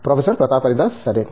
professor Pratap Haridas సరే